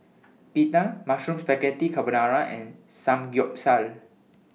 Pita Mushroom Spaghetti Carbonara and Samgyeopsal